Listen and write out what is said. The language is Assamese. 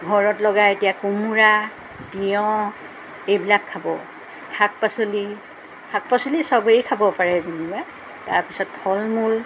ঘৰত লগাই এতিয়া কোমোৰা তিয়ঁহ এইবিলাক খাব শাক পাচলি শাক পাচলি চবেই খাব পাৰে যেনিবা তাৰপিছত ফলমূল